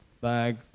bag